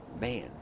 man